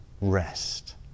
rest